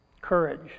Courage